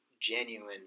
Genuine